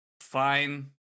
fine